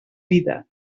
vida